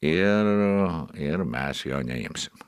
ir ir mes jo neimsim